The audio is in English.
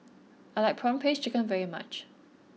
I like Prawn Paste Chicken very much